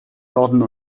norden